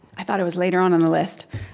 i thought i was later on on the list.